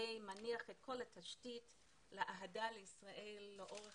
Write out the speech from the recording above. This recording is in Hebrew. זה מניח את כל התשתית לאהדה לישראל לאורך